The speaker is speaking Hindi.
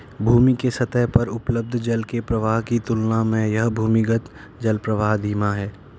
भूमि के सतह पर उपलब्ध जल के प्रवाह की तुलना में यह भूमिगत जलप्रवाह धीमा है